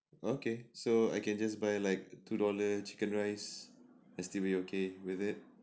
okay so I can just buy like two dollar chicken rice and still be okay with it